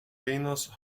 pinos